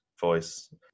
voice